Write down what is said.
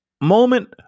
moment